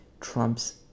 trumps